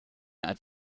als